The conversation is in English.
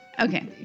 Okay